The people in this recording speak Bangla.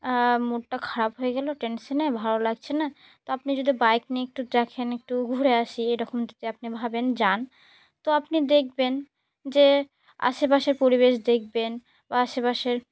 মুডটা খারাপ হয়ে গেলো টেনশানে ভালো লাগছে না তো আপনি যদি বাইক নিয়ে একটু দেখেন একটু ঘুরে আসি এরকম যদি আপনি ভাবেন যান তো আপনি দেখবেন যে আশেপাশের পরিবেশ দেখবেন বা আশেপাশের